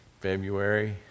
February